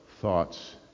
thoughts